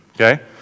Okay